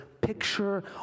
picture